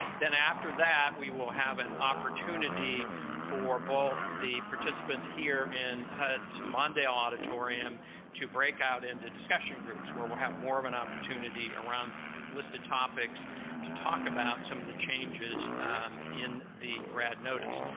then after that, we will have an opportunity for both the participants here in hud's mondale auditorium to break out into discussion groups where we'll have more of an opportunity around listed topics to talk about some of the changes in the rad notice.